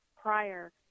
prior